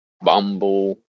Bumble